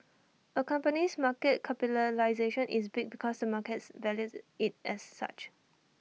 A company's market capitalisation is big because the market values IT it as such